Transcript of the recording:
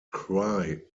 cry